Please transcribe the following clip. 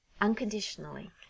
unconditionally